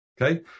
Okay